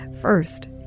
First